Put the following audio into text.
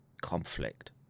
conflict